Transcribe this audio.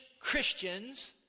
Christians